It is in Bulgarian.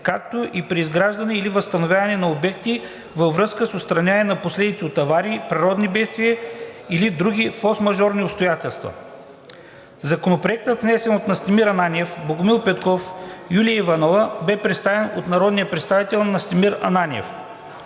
както и при изграждане или възстановяване на обекти във връзка с отстраняване на последици от аварии, природни бедствия или други форсмажорни обстоятелства. Законопроектът, внесен от Настимир Ананиев, Богомил Петков и Юлия Иванова, бе представен от народния представител Настимир Ананиев.